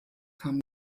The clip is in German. kam